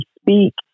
speak